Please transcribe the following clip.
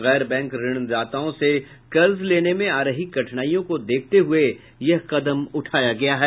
गैर बैंक ऋणदाताओं से कर्ज लेने में आ रही कठिनाइयों को देखते हुए यह कदम उठाया है